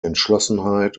entschlossenheit